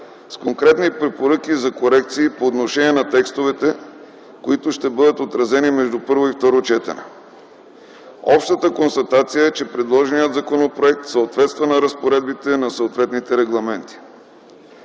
с конкретни препоръки за корекции по отношение на текстовете, които ще бъдат отразени между първо и второ четене. Общата констатация е, че предложеният законопроект съответства на разпоредбите и на съответните регламенти.